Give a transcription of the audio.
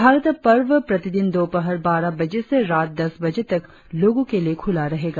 भारत पर्व प्रतिदिन दोपहर बारह बजे से रात दस बजे तक लोगों के लिए खुला रहेगा